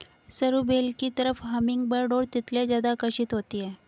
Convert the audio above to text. सरू बेल की तरफ हमिंगबर्ड और तितलियां ज्यादा आकर्षित होती हैं